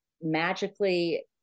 magically